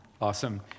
Awesome